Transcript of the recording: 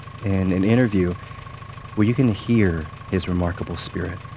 and an interview where you can hear his remarkable spirit.